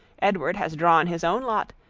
edward has drawn his own lot,